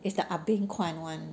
it's the ah beng kind [one]